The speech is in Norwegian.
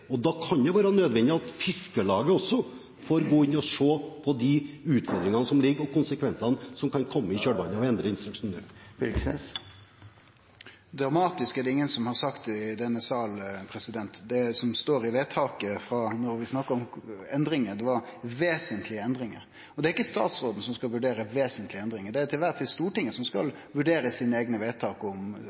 flere. Da kan det være nødvendig at Fiskarlaget også må gå inn og se på de utfordringene som er, og konsekvensene som kan komme i kjølvannet av å endre instruksen nå. «Dramatisk» er det ingen som har sagt i denne salen. Det som står i vedtaket – når vi snakkar om endringar – er vesentlege endringar. Det er ikkje statsråden som skal vurdere vesentlege endringar. Det er til kvar tid Stortinget som skal vurdere sine eigne vedtak og om